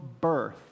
birth